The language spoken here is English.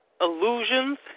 illusions